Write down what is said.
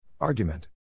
Argument